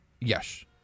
Yes